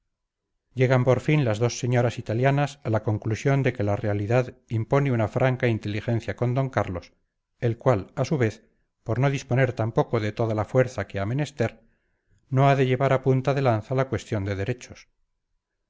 llegan por fin las dos señoras italianas a la conclusión de que la realidad impone una franca inteligencia con d carlos el cual a su vez por no disponer tampoco de toda la fuerza que ha menester no ha de llevar a punta de lanza la cuestión de derechos